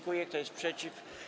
Kto jest przeciw?